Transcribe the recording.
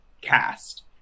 cast